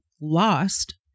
lost